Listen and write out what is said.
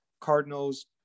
Cardinals